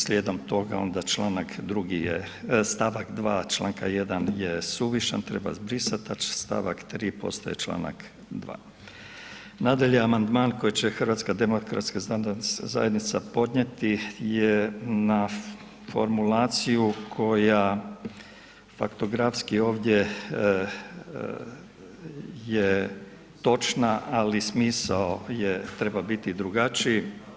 Slijedom toga onda stavak 2. članka 1. je suvišan, treba brisati, a stavak 3. postaje članak 2. Nadalje, amandman koji će HDZ podnijeti je na formulaciju koja faktografski ovdje je točna, ali smisao treba biti drugačiji.